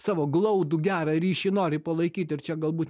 savo glaudų gerą ryšį nori palaikyt ir čia galbūt